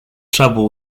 trouble